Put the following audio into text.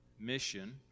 Mission